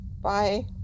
Bye